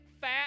fat